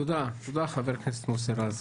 תודה, חבר הכנסת מוסי רז.